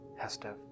Hestev